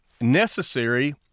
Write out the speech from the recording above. necessary